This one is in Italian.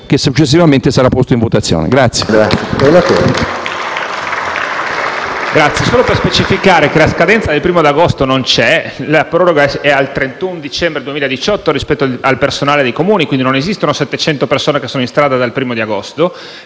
che successivamente sarà posto in votazione.